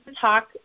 talk